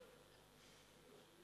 (בזק ושידורים)